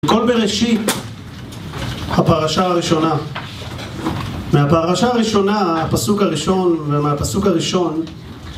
כל בראשית, הפרשה הראשונה. מהפרשה הראשונה, הפסוק הראשון, ומהפסוק הראשון